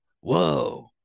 Whoa